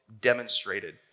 demonstrated